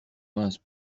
mince